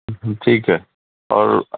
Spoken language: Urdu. ٹھیک ہے اور